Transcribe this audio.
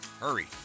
Hurry